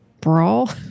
brawl